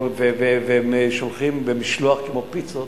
ושולחים במשלוח כמו פיצות,